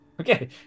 Okay